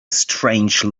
strange